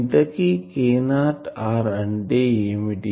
ఇంతకీ K0r అంటే ఏమిటి